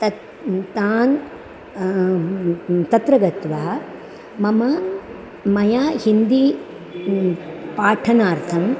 तत् तान् तत्र गत्वा मम मया हिन्दीं पाठनार्थम्